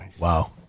Wow